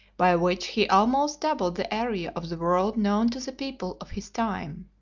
by which he almost doubled the area of the world known to the people of his time.